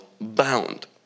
bound